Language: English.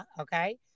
okay